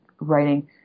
writing